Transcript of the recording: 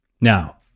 Now